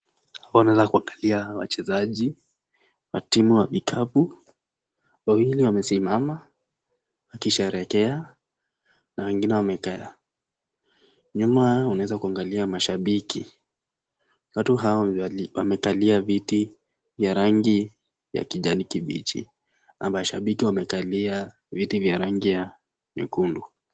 Wameweza kuangalia wachezaji na timu wa vitabu ,wawili wamesimama wakisherekea na wengine wamepera , nyuma wanaweza kuangalia mashabiki. Watu hawa wamekalia viti ya rangi kijani kimbichi na mashabiki wamekali viti ya rangi ya nyekundu.